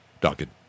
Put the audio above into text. Duncan